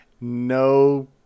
no